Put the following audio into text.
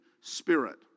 spirit